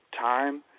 time